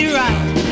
right